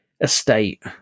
estate